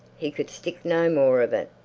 he could stick no more of it.